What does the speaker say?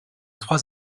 trois